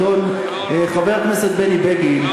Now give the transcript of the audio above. חבר הכנסת בני בגין,